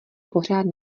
pořád